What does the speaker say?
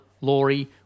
Laurie